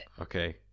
Okay